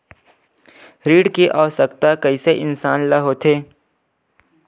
ऋण के आवश्कता कइसे इंसान ला होथे?